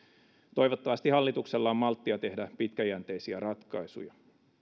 toivottavasti hallituksella on malttia tehdä pitkäjänteisiä ratkaisuja